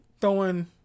throwing